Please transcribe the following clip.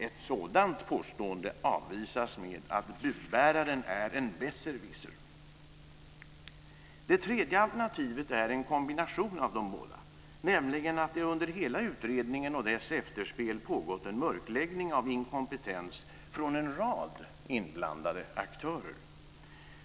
Ett sådant påstående avvisas med att budbäraren är en besserwisser. Det tredje alternativet är en kombination av dem båda, nämligen att det under hela utredningen och dess efterspel pågått en mörkläggning av inkompetens från en rad inblandade aktörer.